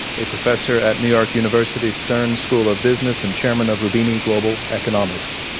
a professor at new york university stern school of business and chairman of roubini global economics.